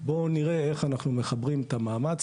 בואו נראה איך אנחנו מחברים את המאמץ